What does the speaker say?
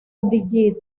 bridget